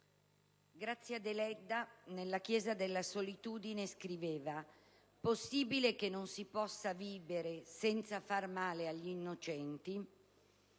Grazia Deledda, nel romanzo «La chiesa della solitudine», scriveva: «Possibile che non si possa vivere senza far male agli innocenti?».